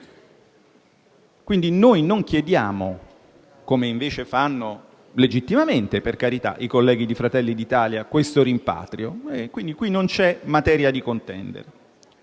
auree. Noi non chiediamo - come invece fanno, legittimamente, per carità, i colleghi di Fratelli d'Italia - questo rimpatrio. Qui non c'è materia di contenzioso.